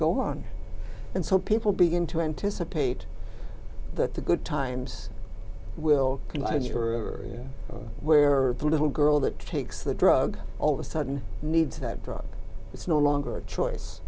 go on and so people begin to anticipate that the good times will continue or where the little girl that takes the drug all of a sudden needs that drug it's no longer a choice